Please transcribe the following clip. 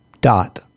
dot